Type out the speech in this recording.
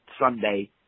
Sunday